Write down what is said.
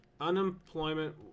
unemployment